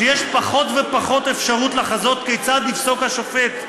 שיש פחות ופחות אפשרות לחזות כיצד יפסוק השופט.